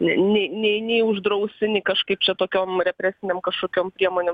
ne nei nei nei uždrausi nei kažkaip čia tokiom represinėm kažkokiom priemonėm